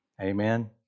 Amen